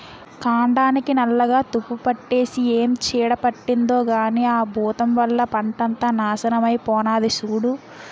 కాండానికి నల్లగా తుప్పుపట్టేసి ఏం చీడ పట్టిందో కానీ ఆ బూతం వల్ల పంటంతా నాశనమై పోనాది సూడూ